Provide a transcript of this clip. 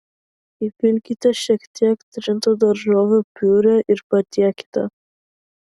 įpilkite šiek tiek trintų daržovių piurė ir patiekite